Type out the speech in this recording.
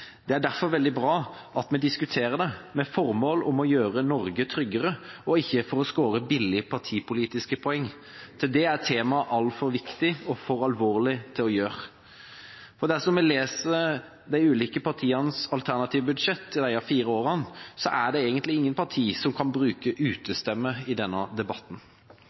Det er derfor veldig bra at vi diskuterer det, med det formål å gjøre Norge tryggere, ikke for å skåre billige partipolitiske poeng. Til det er temaet altfor viktig og for alvorlig. Dersom en leser de ulike partienes alternative budsjett for disse fire årene, er det egentlig ingen partier som kan bruke utestemme i denne debatten.